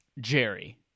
Jerry